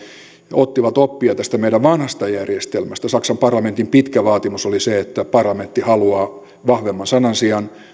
ottivat oppia tästä meidän vanhasta järjestelmästämme saksan parlamentin pitkä vaatimus oli se että parlamentti haluaa vahvemman sanansijan